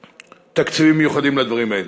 תקציבים מיוחדים לדברים האלה.